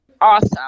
Awesome